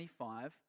25